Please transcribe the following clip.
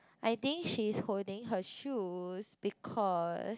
I think she is holding her shoes because